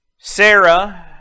Sarah